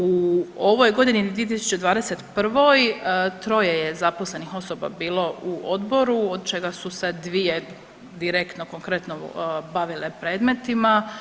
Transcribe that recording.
U ovoj godini, 2021. troje je zaposlenih osoba bilo u Odboru, od čega su se dvije direktno konkretno bavile predmetima.